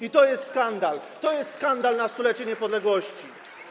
I to jest skandal, to jest skandal na 100-lecie niepodległości.